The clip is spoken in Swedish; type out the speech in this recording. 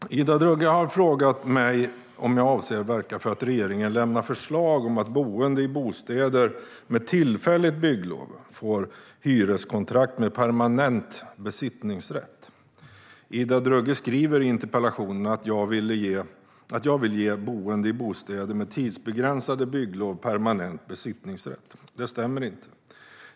Herr talman! Ida Drougge har frågat mig om jag avser att verka för att regeringen lämnar förslag om att boende i bostäder med tillfälligt bygglov får hyreskontrakt med permanent besittningsrätt. Ida Drougge skriver i interpellationen att jag vill ge boende i bostäder med tidsbegränsade bygglov permanent besittningsrätt. Det stämmer inte.